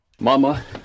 Mama